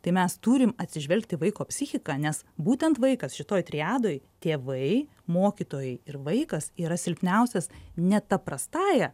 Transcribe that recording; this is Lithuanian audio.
tai mes turim atsižvelgt į vaiko psichiką nes būtent vaikas šitoj triadoj tėvai mokytojai ir vaikas yra silpniausias ne ta prastąja